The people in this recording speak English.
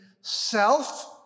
Self